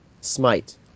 Smite